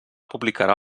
publicarà